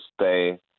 stay